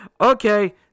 Okay